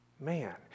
man